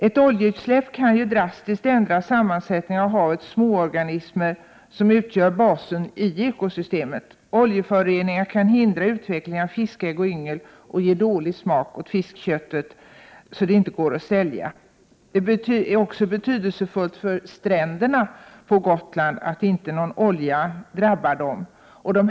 Ett oljeutsläpp kan ju drastiskt ändra sammansättningen av havets småorganismer, som utgör basen i ekosystemet. Oljeföroreningar kan hindra utvecklingen av fiskägg och yngel och ge dålig smak åt fiskköttet, så att det inte går att sälja. Det är också viktigt att inte någon olja drabbar stränderna på Gotland.